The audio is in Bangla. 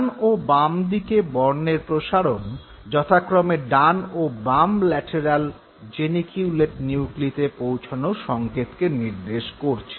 ডান ও বামদিকে বর্ণের প্রসারণ যথাক্রমে ডান ও বাম ল্যাটেরাল জেনিকিউলেট নিউক্লিতে পৌঁছনো সঙ্কেতকে নির্দেশ করছে